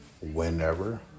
whenever